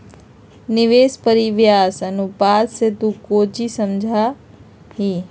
निवेश परिव्यास अनुपात से तू कौची समझा हीं?